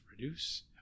reduce